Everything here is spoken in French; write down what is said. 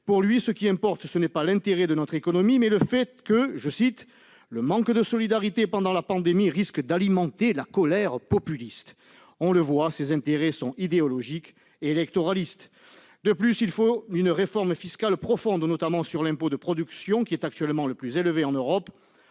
qui importe à ses yeux, ce n'est pas l'intérêt de notre économie, mais le fait que le « manque de solidarité pendant la pandémie risque d'alimenter la colère populiste »... On le voit, ses intérêts sont idéologiques et électoralistes ! De plus, il faut une réforme fiscale profonde, notamment de l'impôt de production, qui est actuellement le plus élevé en Europe,